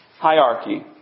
Hierarchy